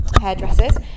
hairdressers